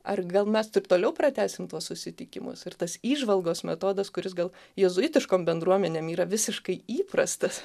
ar gal mes taip toliau pratęsim tuos susitikimus ir tas įžvalgos metodas kuris gal jėzuitiškom bendruomenėm yra visiškai įprastas